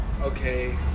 okay